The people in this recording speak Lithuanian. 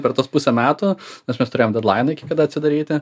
per tuos pusę metų nes mes turėjom dedlainą iki kada atsidaryti